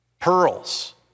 pearls